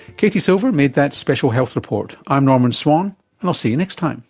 katie silver made that special health report. i'm norman swan and i'll see you next time